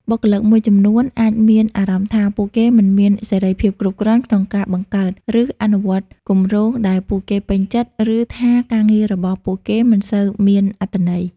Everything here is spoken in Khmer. បុគ្គលិកមួយចំនួនអាចមានអារម្មណ៍ថា ពួកគេមិនមានសេរីភាពគ្រប់គ្រាន់ក្នុងការបង្កើត ឬអនុវត្តគម្រោងដែលពួកគេពេញចិត្ត ឬថាការងាររបស់ពួកគេមិនសូវមានអត្ថន័យ។